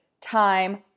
time